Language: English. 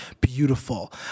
beautiful